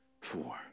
four